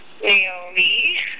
Naomi